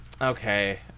Okay